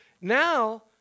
now